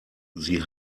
sie